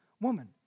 woman